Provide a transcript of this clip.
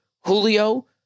Julio